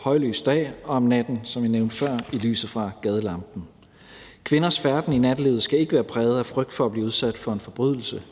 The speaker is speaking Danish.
højlys dag og om natten, som jeg nævnte før, i lyset fra gadelampen. Kvinders færden i nattelivet skal ikke være præget af frygt for at blive udsat for en forbrydelse,